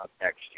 next